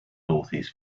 northeast